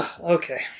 Okay